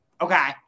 Okay